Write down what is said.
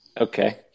Okay